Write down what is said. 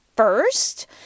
first